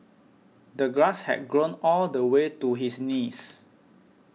the grass had grown all the way to his knees